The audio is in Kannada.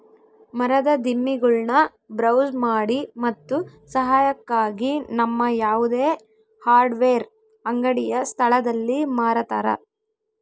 ಮರದ ದಿಮ್ಮಿಗುಳ್ನ ಬ್ರೌಸ್ ಮಾಡಿ ಮತ್ತು ಸಹಾಯಕ್ಕಾಗಿ ನಮ್ಮ ಯಾವುದೇ ಹಾರ್ಡ್ವೇರ್ ಅಂಗಡಿಯ ಸ್ಥಳದಲ್ಲಿ ಮಾರತರ